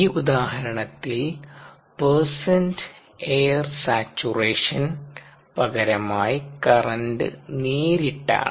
ഈ ഉദാഹരണത്തിൽ percent air saturation പകരമായി കറൻറ് നേരിട്ടാണ്